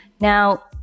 Now